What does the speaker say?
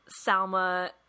Salma